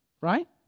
right